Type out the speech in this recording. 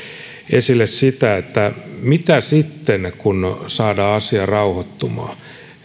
esille sitä mitä sitten tapahtuu kun saadaan asia rauhoittumaan